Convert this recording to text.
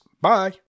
Bye